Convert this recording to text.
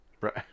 Right